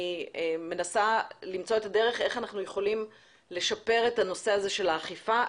אני מנסה למצוא את הדרך איך אנחנו יכולים לשפר את הנושא הזה של האכיפה,